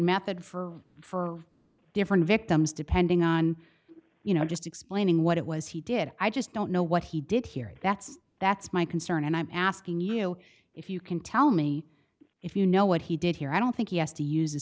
method for for different victims depending on you know just explaining what it was he did i just don't know what he did hear it that's that's my concern and i'm asking you if you can tell me if you know what he did here i don't think yes to use a